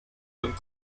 und